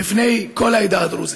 בפני כל העדה הדרוזית.